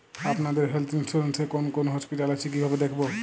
আপনাদের health insurance এ কোন কোন হসপিটাল আছে কিভাবে দেখবো?